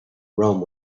rome